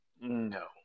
No